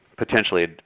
potentially